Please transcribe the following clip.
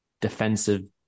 defensive